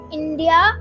india